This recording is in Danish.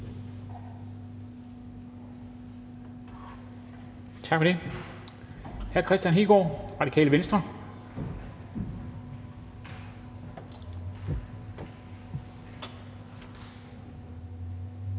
Så er det hr. Kristian Hegaard, Radikale Venstre.